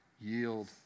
yield